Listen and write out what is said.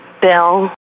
Bill